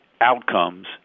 outcomes